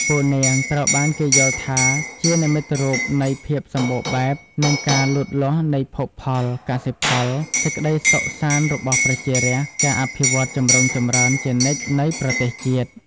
ពួកនាងត្រូវបានគេយល់ថាជានិមិត្តរូបនៃ ភាពសម្បូរបែប និងការលូតលាស់នៃភោគផល កសិផល សេចក្តីសុខសាន្តរបស់ប្រជារាស្ត្រ ការអភិវឌ្ឍន៍ចម្រុងចម្រើនជានិច្ចនៃប្រទេសជាតិ។